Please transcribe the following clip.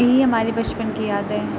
یہی ہماری بچپن کی یادیں ہیں